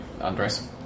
Andres